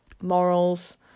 morals